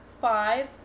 five